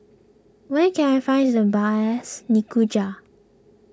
where can I find the best